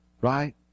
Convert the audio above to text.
Right